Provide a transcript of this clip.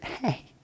hey